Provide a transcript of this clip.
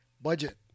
Budget